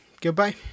Goodbye